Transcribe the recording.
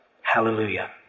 Hallelujah